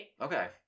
Okay